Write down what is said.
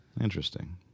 Interesting